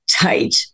tight